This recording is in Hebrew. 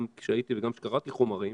גם כשהייתי וגם קראתי חומרים,